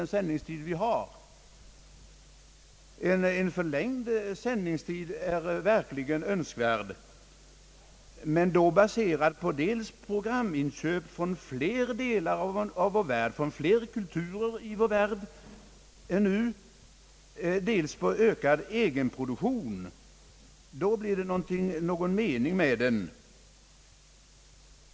En förlängd sändningstid är verkligen önskvärd, men då baserad på dels programköp från fler delar av vår värld, från fler kulturer än nu, och dels på ökad egenproduktion. Då blir det någon mening med den.